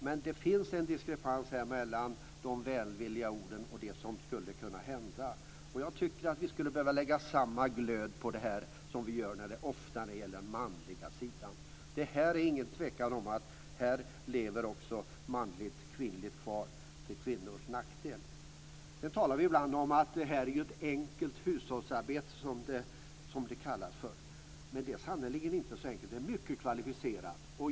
Men det finns en diskrepans mellan de välvilliga orden och det som skulle kunna hända. Jag tycker att vi skulle behöva lägga samma glöd på detta som vi ofta gör när det gäller den manliga sidan. Det är ingen tvekan om att här lever manligt-kvinnligt kvar till kvinnors nackdel. Vi talar ibland om att det är enkelt hushållsarbete, som det kallas för. Men det är sannerligen inte så enkelt, det är mycket kvalificerat.